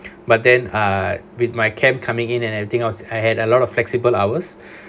but then uh with my camp coming in and everything else I had a lot of flexible hours